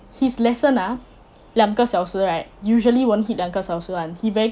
his lesson ah 两个小时 right usually won't hit 两个小时 [one] he very